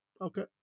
Okay